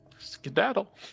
Skedaddle